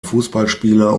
fußballspieler